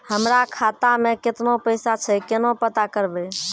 हमरा खाता मे केतना पैसा छै, केना पता करबै?